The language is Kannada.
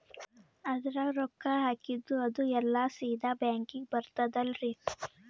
ಅದ್ರಗ ರೊಕ್ಕ ಹಾಕಿದ್ದು ಅದು ಎಲ್ಲಾ ಸೀದಾ ಬ್ಯಾಂಕಿಗಿ ಬರ್ತದಲ್ರಿ?